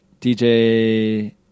dj